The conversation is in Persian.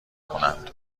کنند